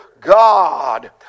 God